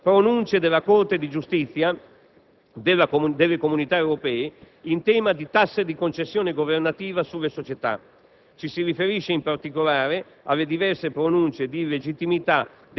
pronunce della Corte di giustizia delle Comunità europee in tema di tasse di concessione governativa sulle società. Ci si riferisce, in particolare, alle diverse pronunce di illegittimità